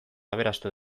aberastu